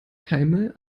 keime